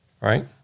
Right